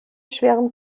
schweren